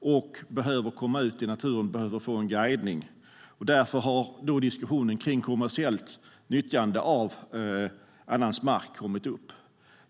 och behöver komma ut i naturen och få en guidning. Därför har diskussionen kring kommersiellt nyttjande av annans mark kommit upp.